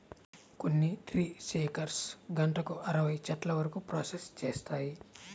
కొన్ని ట్రీ షేకర్లు గంటకు అరవై చెట్ల వరకు ప్రాసెస్ చేస్తాయి